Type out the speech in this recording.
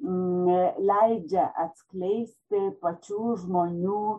leidžia atskleisti pačių žmonių